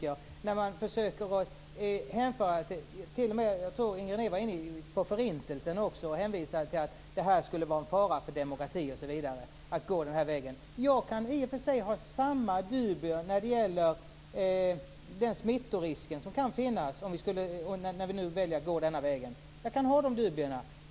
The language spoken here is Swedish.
Jag tror att Inger René t.o.m. var inne på Förintelsen. Hon hänvisade till att det skulle vara en fara för demokratin osv. att gå den här vägen. I och för sig kan jag ha samma dubier när det gäller den smittorisk som kan finnas när vi väljer att gå den aktuella vägen.